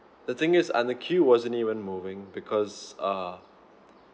the thing is and the queue wasn't even moving because uh